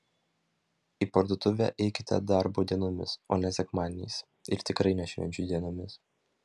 į parduotuvę eikite darbo dienomis o ne sekmadieniais ir tikrai ne švenčių dienomis